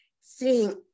seeing